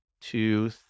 two